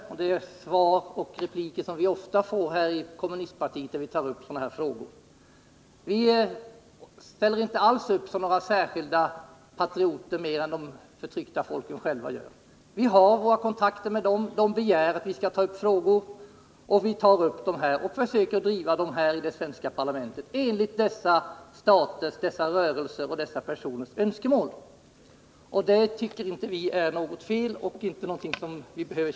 Det är den typ av svar och kommentarer som vi inom kommunistpartiet ofta får, när vi tar upp sådana här frågor. Jag vill förneka att vi ställer upp som patrioter mer än vad de förtryckta folken själva gör. Vi har våra kontakter med dem. De begär att vi skall ta upp deras frågor, och vi försöker driva deras frågor här i det svenska parlamentet — allt enligt dessa staters och personers önskemål. Det tycker vi inte är något fel.